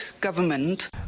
government